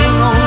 no